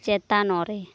ᱪᱮᱛᱟᱱᱨᱮ